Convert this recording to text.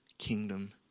Kingdom